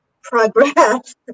progress